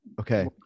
okay